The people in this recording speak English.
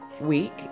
week